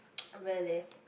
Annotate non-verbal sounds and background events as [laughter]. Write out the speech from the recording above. [noise] really